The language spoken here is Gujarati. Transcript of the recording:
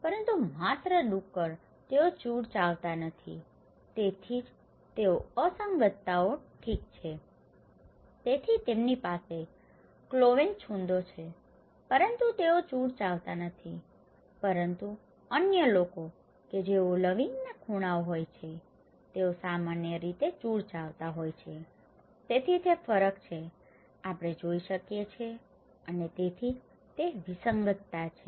પરંતુ માત્ર ડુક્કર તેઓ ચુડ ચાવતા નથી તેથી જ તેઓ અસંગતતાઓ ઠીક છે તેથી તેમની પાસે ક્લોવેન છૂંદો છે પરંતુ તેઓ ચુડ ચાવતા નથી પરંતુ અન્ય લોકો કે જેઓ લવિંગના ખૂણાઓ હોય છે તેઓ સામાન્ય રીતે ચુડ ચાવતા હોય છે તેથી તે ફરક છે આપણે જોઈ શકીએ છીએ અને તેથી જ તે વિસંગતતા છે